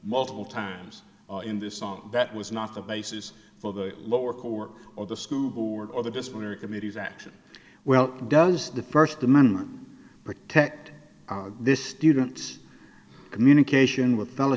multiple times in this song that was not the basis for the lower court or the school board or the disciplinary committee's action well does the first amendment protect this student's communication with